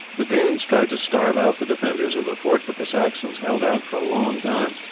the danes tried to starve out the defenders of the fort but the saxons held out for a long time,